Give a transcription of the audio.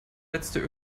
letzte